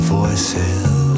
voices